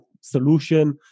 solution